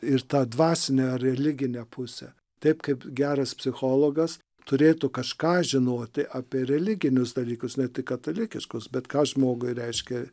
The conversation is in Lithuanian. ir tą dvasinę ar religinę pusę taip kaip geras psichologas turėtų kažką žinoti apie religinius dalykus tai katalikiškus bet ką žmogui reiškia